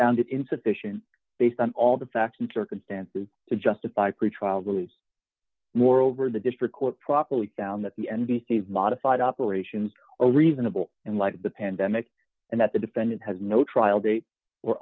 found insufficient based on all the facts and circumstances to justify pretrial release moreover the district court properly found that the n b c modified operations are reasonable and like the pandemic and that the defendant has no trial date or